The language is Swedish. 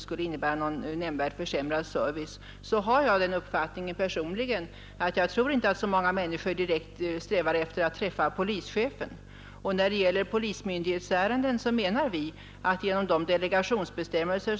Sedan är det självklart att polisbevakningen är det väsentliga i sammanhanget.